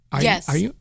Yes